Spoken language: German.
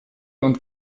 und